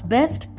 Best